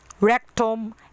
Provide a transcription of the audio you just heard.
rectum